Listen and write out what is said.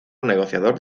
negociador